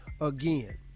again